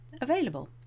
available